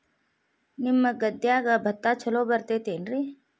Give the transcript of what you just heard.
ನಿಮ್ಮ ಗದ್ಯಾಗ ಭತ್ತ ಛಲೋ ಬರ್ತೇತೇನ್ರಿ?